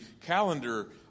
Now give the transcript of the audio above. calendar